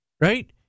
right